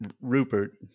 Rupert